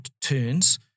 turns